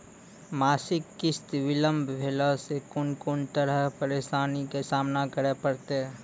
मासिक किस्त बिलम्ब भेलासॅ कून कून तरहक परेशानीक सामना करे परतै?